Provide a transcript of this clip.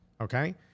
Okay